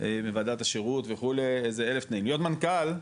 בוועדת השירות וכו' איזה אלף תנאים, להיות מנכ"ל,